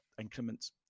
increments